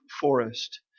forest